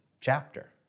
chapter